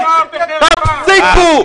תפסיקו.